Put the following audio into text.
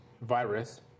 virus